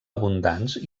abundants